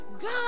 God